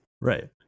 Right